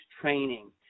training